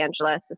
Angeles